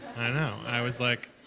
i know, i was like,